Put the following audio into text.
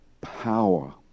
power